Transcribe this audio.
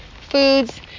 foods